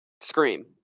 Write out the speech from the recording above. Scream